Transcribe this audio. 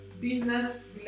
business